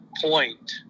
point